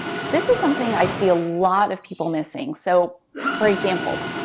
this is something i see a lot of people missing. so for example,